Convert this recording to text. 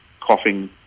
coughing